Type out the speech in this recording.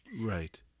Right